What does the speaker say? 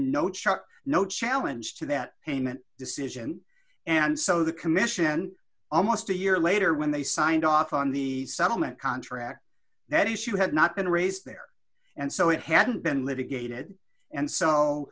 charge no challenge to that payment decision and so the commission almost a year later when they signed off on the settlement contract that issue had not been raised there and so it hadn't been litigated and so